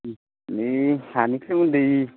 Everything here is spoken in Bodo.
नै हानि सोमोन्दै